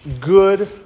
good